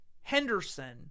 Henderson